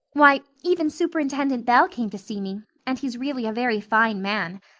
why, even superintendent bell came to see me, and he's really a very fine man.